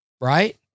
Right